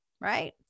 right